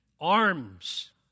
Arms